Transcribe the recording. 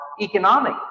economic